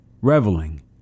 reveling